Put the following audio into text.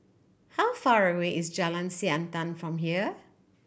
how far away is Jalan Siantan from here